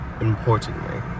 importantly